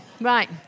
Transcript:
Right